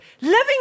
living